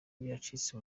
byacitse